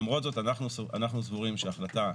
למרות זאת אנחנו סבורים שההחלטה,